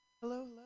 Hello